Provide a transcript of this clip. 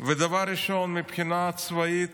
דבר ראשון, מבחינה צבאית